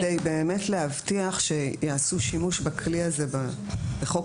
השאלה אם כדי באמת להבטיח שיעשו שימוש בכלי הזה בחוק